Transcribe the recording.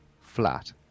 flat